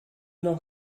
noch